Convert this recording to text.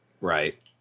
Right